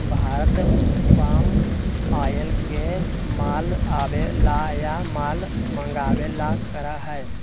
Bharat palm oil के माल आवे ला या माल मंगावे ला करा हई